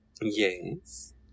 Yes